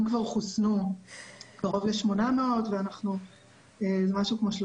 אנחנו מתקשרים לאנשים,